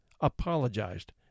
apologized